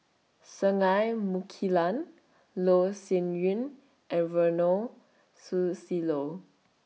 Singai Mukilan Loh Sin Yun and Ronald Susilo